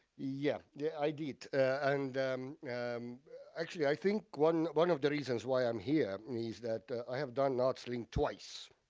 yeah, sure. yeah, i did. and um um actually, i think one one of the reasons why i'm here i mean is that i have done artslink twice.